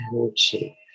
energy